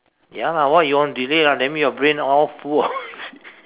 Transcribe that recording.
ya lah what you want to delete lah that mean your brain all full of shit